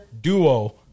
duo